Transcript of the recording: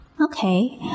okay